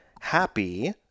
happy